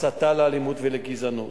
הסתה לאלימות ולגזענות.